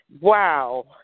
wow